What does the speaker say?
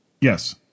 Yes